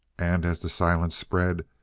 and as the silence spread,